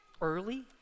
early